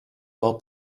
well